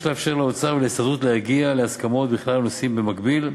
יש לאפשר לאוצר ולהסתדרות להגיע להסכמות בכלל הנושאים במקביל,